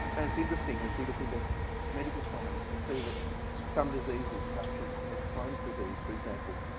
and it's interesting as we look into medical science to see that some diseases, such as as crohn's disease, for example,